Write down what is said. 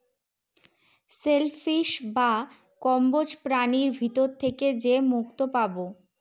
shell fish বা কম্বোজ প্রাণীর ভিতর থেকে যে মুক্তো পাবো